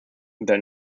that